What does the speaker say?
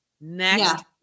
next